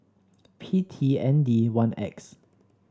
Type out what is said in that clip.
P T N D one X